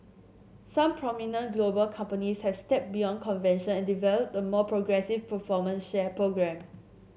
some prominent global companies have stepped beyond convention and developed a more progressive performance share programme